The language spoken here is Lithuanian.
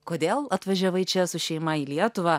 kodėl atvažiavai čia su šeima į lietuvą